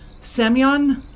Semyon